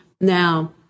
Now